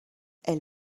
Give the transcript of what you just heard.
elle